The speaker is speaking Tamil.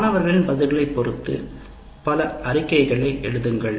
மாணவர்களின் பதில்களைப் பொறுத்து பல அறிக்கைகளை எழுதுங்கள்